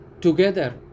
together